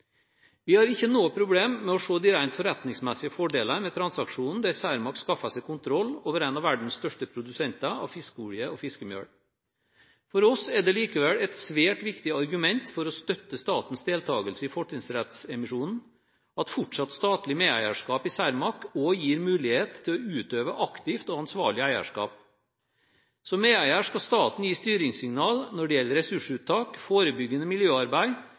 Vi har ikke noe problem med å se de rent forretningsmessige fordelene ved transaksjonen, der Cermaq skaffer seg kontroll over en av verdens største produsenter av fiskeolje og fiskemel. For oss er det likevel et svært viktig argument for å støtte statens deltakelse i fortrinnsrettsemisjonen at fortsatt statlig medeierskap i Cermaq også gir mulighet til å utøve aktivt og ansvarlig eierskap. Som medeier skal staten gi styringssignaler når det gjelder ressursuttak, forebyggende miljøarbeid